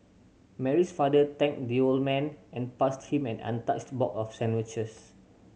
Mary's father thanked the old man and passed him an untouched box of sandwiches